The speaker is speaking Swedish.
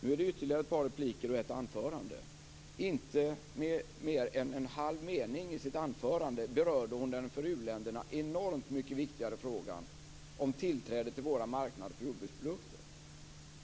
Nu är det ytterligare ett par repliker och ett anförande. Inte med mer än en halv mening i sitt anförande berörde hon den för u-länderna enormt mycket viktigare frågan om tillträde till vår marknad för jordbruksprodukter.